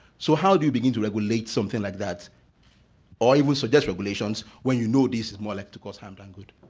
so how do you begin to regulate something like that or even suggest regulations when you know this is more likely like to cause harm than good.